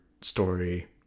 story